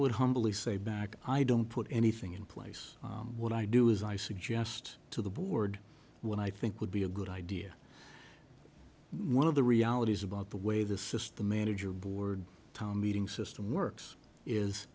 would humbly say back i don't put anything in place what i do is i suggest to the board when i think would be a good idea one of the realities about the way the system manager board town meeting system works is